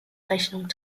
rechnung